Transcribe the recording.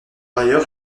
ailleurs